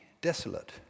desolate